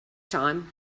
time